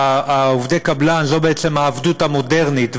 עובדי הקבלן זה בעצם העבדות המודרנית,